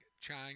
Chang